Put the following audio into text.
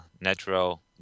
natural